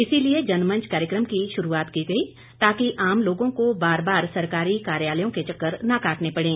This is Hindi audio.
इसीलिए जनमंच कार्यक्रम की शुरूआत की गई ताकि आम लोगों को बार बार सरकारी कार्यालयों के चक्कर न काटने पड़े